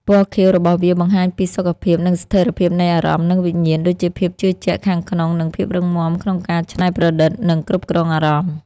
ពណ៌ខៀវរបស់វាបង្ហាញពីសុខភាព និងស្ថិរភាពនៃអារម្មណ៍ និងវិញ្ញាណ ដូចជាភាពជឿជាក់ខាងក្នុង និងភាពរឹងមាំក្នុងការច្នៃប្រឌិតនិងគ្រប់គ្រងអារម្មណ៍។